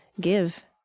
give